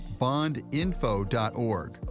bondinfo.org